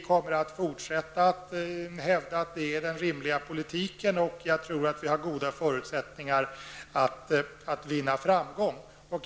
Vi kommer att fortsätta hävda att det är den rimlig politiken. Vi har goda förutsättningar att vinna framgång.